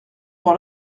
pour